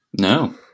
No